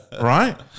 right